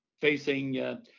facing –